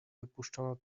wypuszczono